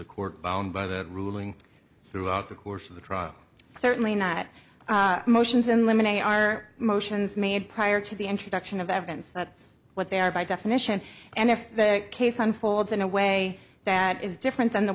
the court bound by that ruling throughout the course of the trial certainly not motions in limine they are motions made prior to the introduction of evidence that's what they are by definition and if the case unfolds in a way that is different than the